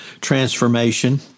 transformation